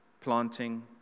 planting